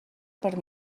per